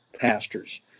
pastors